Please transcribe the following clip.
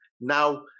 now